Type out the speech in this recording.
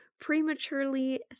prematurely